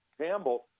Campbell